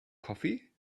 coffee